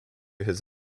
his